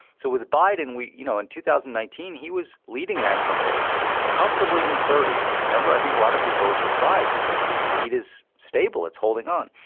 so with biden, we you know, in two thousand and nineteen, he was leading national polls comfortably in the thirty s. remember, i think a lot of people were surprised. it's like his lead is stable. it's holding on.